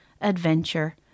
adventure